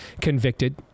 convicted